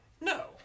No